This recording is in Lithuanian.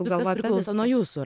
viskas priklauso nuo jūsų